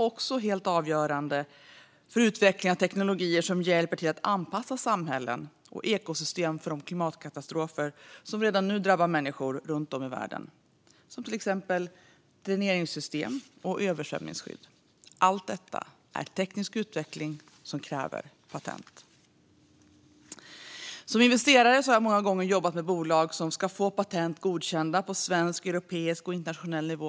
Patent är helt avgörande för utvecklingen av teknologier som hjälper till att anpassa samhällen och ekosystem till de klimatkatastrofer som redan nu drabbar människor runt om i världen, som till exempel dräneringssystem och översvämningsskydd. Allt detta är teknisk utveckling som kräver patent. Som investerare har jag många gånger jobbat med bolag som ska få patent godkända på svensk, europeisk och internationell nivå.